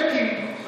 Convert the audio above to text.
אלקין.